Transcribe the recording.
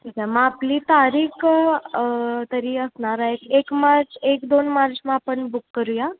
ठीक आहे मग आपली तारीख तरी असणार आहे एक मार्च एक दोन मार्च मग आपण बुक करूया